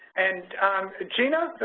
and regina,